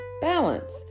balance